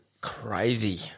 crazy